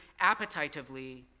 appetitively